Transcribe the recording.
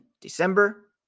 December